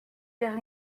vers